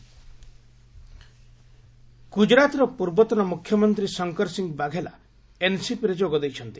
ବାଘେଲା NCP ଗୁଜରାତ୍ର ପୂର୍ବତନ ମୁଖ୍ୟମନ୍ତ୍ରୀ ଶଙ୍କରସିଂ ବାଘେଲା ଏନ୍ସିପିରେ ଯୋଗ ଦେଇଛନ୍ତି